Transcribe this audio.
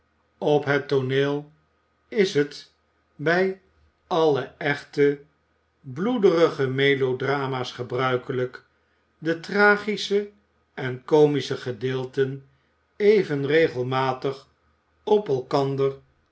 op het tooneel is het bij alle echte bloederige melodrama's gebruikelijk de tragische en comische gedeelten even regelmatig